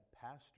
Pastor